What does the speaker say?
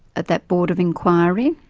at that board of inquiry,